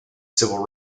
civil